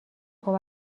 خوب